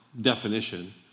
definition